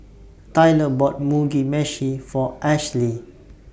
Tyler bought Mugi Meshi For Ashli